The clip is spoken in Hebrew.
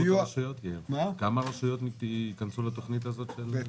כמה רשויות יוכנסו לתוכנית שתיארת?